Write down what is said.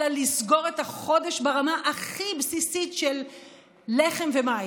לסגור את החודש ברמה הכי בסיסית של לחם ומים?